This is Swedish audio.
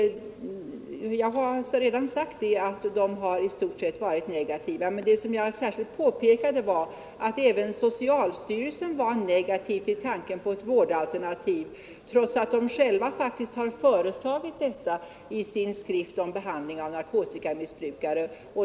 Ja, jag har redan sagt att de i stort sett varit negativa, men jag påpekade särskilt att även socialstyrelsen var negativ till tanken på ett vårdalternativ, trots att den faktiskt själv har föreslagit ett sådant i sin skrift om behandling av narkotikamissbrukare.